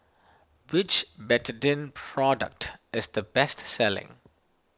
which Betadine product is the best selling